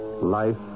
Life